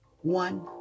One